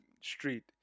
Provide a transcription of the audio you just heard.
Street